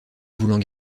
voulant